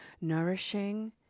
nourishing